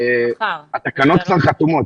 התקנות כבר חתומות.